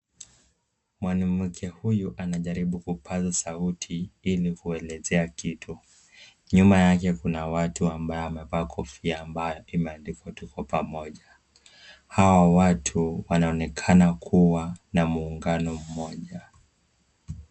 Mwanamke huyu anajaribu kupaza sauti ili kuelezea kitu. Nyuma yake kuna watu ambao wamevaa kofia ambayo imeandikwa tuko pamoja. Hawa watu wanaonekana kuwa na muungano mmoja.